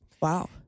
Wow